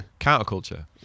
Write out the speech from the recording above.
counterculture